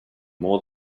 more